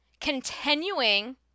Continuing